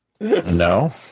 No